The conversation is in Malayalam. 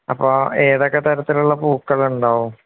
അപ്പോള് ഏതൊക്കെ തരത്തിലുള്ള പൂക്കളുണ്ടാകും